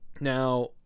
Now